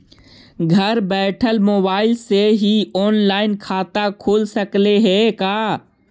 घर बैठल मोबाईल से ही औनलाइन खाता खुल सकले हे का?